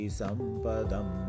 sampadam